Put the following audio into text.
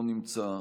לא נמצא,